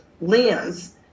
lens